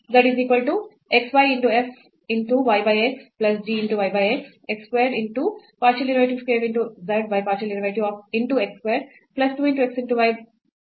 ನಾವು ಇಲ್ಲಿ ಏನನ್ನು ತೆಗೆದುಕೊಳ್ಳುತಿದ್ದೇವೆ